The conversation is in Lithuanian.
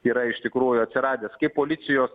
yra iš tikrųjų atsiradęs kaip policijos